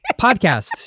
podcast